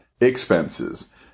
expenses